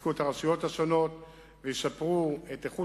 שיחזקו את הרשויות השונות וישפרו את איכות